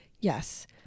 Yes